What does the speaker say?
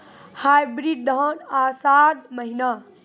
Hybrid धान आषाढ़ महीना?